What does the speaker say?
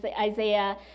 Isaiah